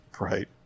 Right